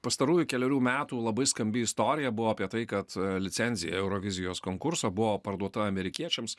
pastarųjų kelerių metų labai skambi istorija buvo apie tai kad licenzija eurovizijos konkurso buvo parduota amerikiečiams